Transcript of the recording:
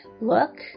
look